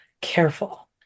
careful